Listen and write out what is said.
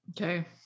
Okay